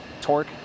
torque